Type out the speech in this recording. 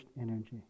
energy